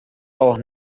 auch